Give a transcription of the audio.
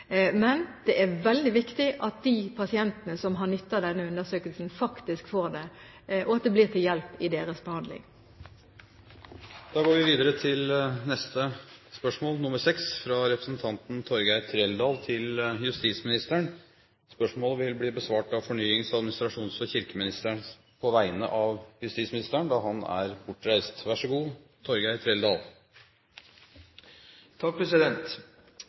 Men det er veldig viktig at de pasientene som har nytte av denne undersøkelsen, faktisk får den, og at det blir til hjelp i deres behandling. Da går vi videre til spørsmål 6, fra representanten Torgeir Trældal til justisministeren. Spørsmålet besvares av fornyings-, administrasjons- og kirkeministeren på vegne av justisministeren. «Det er